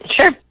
Sure